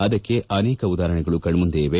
ಅದಕ್ಕೆ ಅನೇಕ ಉದಾಪರಣೆಗಳು ಕಣ್ಮಂದೆ ಇದೆ